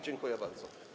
Dziękuję bardzo.